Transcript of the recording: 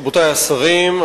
רבותי השרים,